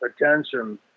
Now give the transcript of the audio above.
attention